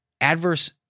adverse